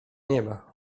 nieba